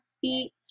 feet